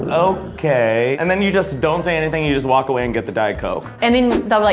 ah okay, and then you just don't say anything. you just walk away and get the diet coke. and then they'll be like,